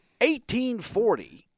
1840